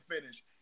Finish